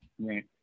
Right